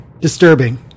disturbing